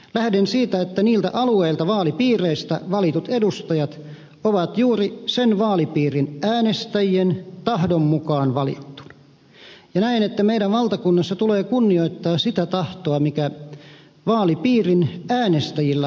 lähden siitä että tietyltä alueelta vaalipiiristä valitut edustajat ovat juuri sen vaalipiirin äänestäjien tahdon mukaan valittuja ja näen että meidän valtakunnassamme tulee kunnioittaa sitä tahtoa mikä vaalipiirin äänestäjillä on ollut